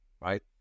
right